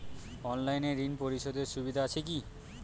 অনলাইনে ঋণ পরিশধের সুবিধা আছে কি?